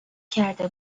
کرده